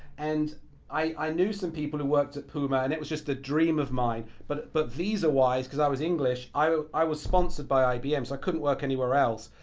and i knew some people who worked at puma and it was just a dream of mine. but but visa-wise, cause i was english i i was sponsored by ibm, so i couldn't work anywhere else.